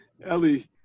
Ellie